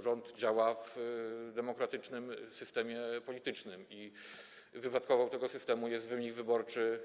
Rząd działa w demokratycznym systemie politycznym i wypadkową tego systemu jest wynik wyborczy